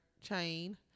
chain